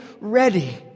ready